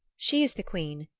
she is the queen,